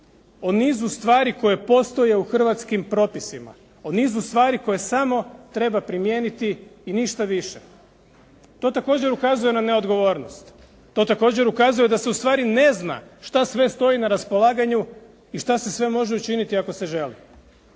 o nizu stvari koje postoje u hrvatskim propisima, o nizu stvari koje samo treba primijeniti i ništa više. To također ukazuje na neodgovornost. To također ukazuje da se ustvari ne zna šta sve stoji na raspolaganju i šta se sve može učiniti ako se želi.